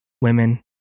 women